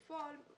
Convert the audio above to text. בפועל,